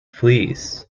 fleas